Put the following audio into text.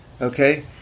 okay